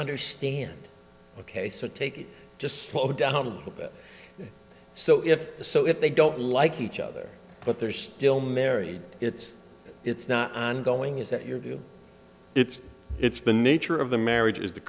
understand ok so take it just slow down a little bit so if so if they don't like each other but they're still married it's it's not ongoing is that your view it's it's the nature of the marriage is the